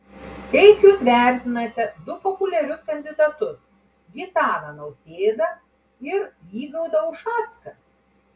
kaip jūs vertinate du populiarius kandidatus gitaną nausėdą ir vygaudą ušacką